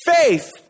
faith